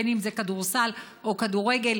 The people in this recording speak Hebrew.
אם זה כדורסל ואם זה כדורגל,